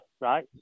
right